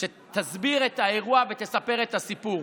שתסביר את האירוע ותספר את הסיפור,